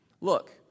Look